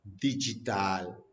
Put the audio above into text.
digital